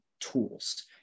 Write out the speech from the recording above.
tools